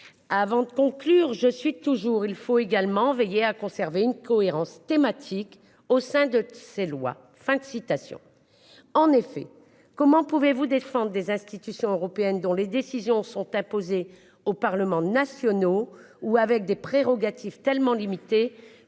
Avant de conclure, je suis toujours il faut également veiller à conserver une cohérence thématique au sein de ces lois, fin de citation. En effet, comment pouvez-vous défendent des institutions européennes, dont les décisions sont imposées aux parlements nationaux ou avec des prérogatives tellement limité